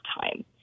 time